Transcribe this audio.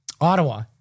Ottawa